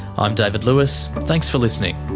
i'm david lewis, thanks for listening